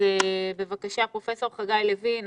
פרופ' חגי לוין,